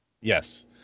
yes